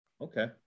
okay